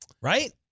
Right